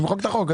תמחק את החוק.